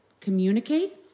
communicate